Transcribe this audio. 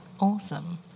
Awesome